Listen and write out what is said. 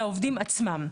לעובדים עצמם.